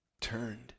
turned